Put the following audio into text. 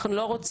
אנחנו לא רוצים